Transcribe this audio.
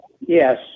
Yes